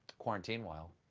quarantine-while,